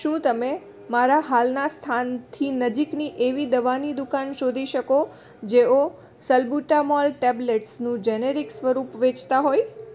શું તમે મારા હાલના સ્થાનથી નજીકની એવી દવાની દુકાન શોધી શકો જેઓ સલ્બુટામોલ ટેબલેટ્સનું જેનેરિક સ્વરૂપ વેચતા હોય